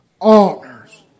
honors